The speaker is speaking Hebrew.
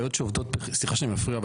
סליחה שאני מפריע,